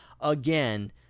again